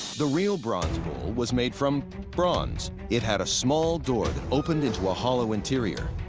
the real bronze bull was made from bronze. it had a small door that opened into a hollow interior.